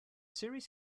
series